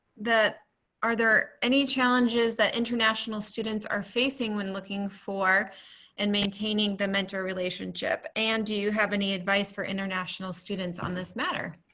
are there any challenges that international students are facing when looking for and maintaining the mentor relationship? and do you have any advice for international students on this matter?